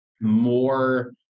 more